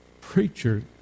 preacher